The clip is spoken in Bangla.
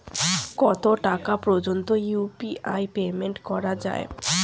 কত টাকা পর্যন্ত ইউ.পি.আই পেমেন্ট করা যায়?